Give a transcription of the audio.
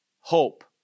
hope